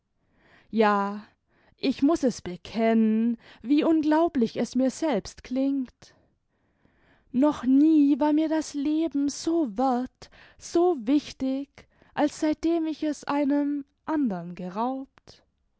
ja ich muß es bekennen wie unglaublich es mir selbst klingt noch nie war mir das leben so werth so wichtig als seitdem ich es einem andern geraubt